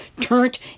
turned